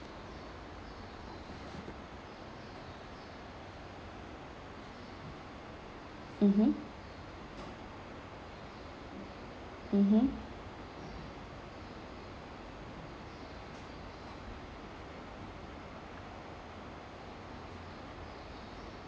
mmhmm mmhmm